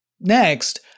Next